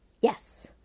Yes